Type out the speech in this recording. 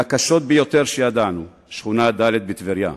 מהקשות ביותר שידענו, שיכון ד' בטבריה.